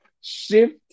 shift